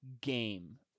game